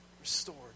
restored